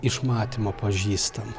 iš matymo pažįstam